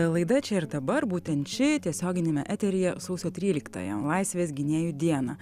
laida čia ir dabar būtent ši tiesioginiame eteryje sausio tryliktąją laisvės gynėjų dieną